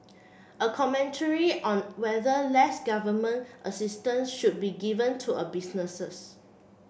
a commentary on whether less government assistance should be given to a businesses